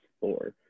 four